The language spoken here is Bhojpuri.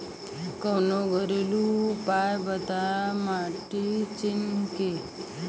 कवनो घरेलू उपाय बताया माटी चिन्हे के?